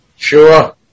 Sure